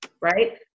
right